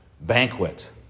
banquet